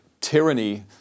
tyranny